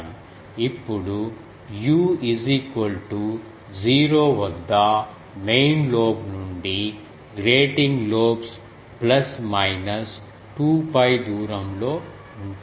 ఇప్పుడు u 0 వద్ద main lobe నుండి గ్రేటింగ్ లోబ్స్ ప్లస్ మైనస్ 2 𝜋 దూరం లో ఉంటాయి